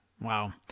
Wow